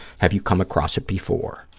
have you come across it before?